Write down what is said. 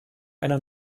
einer